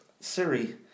Siri